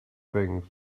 things